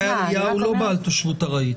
תושבות ארעית